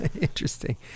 Interesting